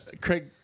Craig